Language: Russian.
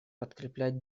подкреплять